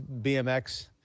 BMX